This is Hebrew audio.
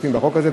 בחוק הזה.